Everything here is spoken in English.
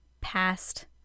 past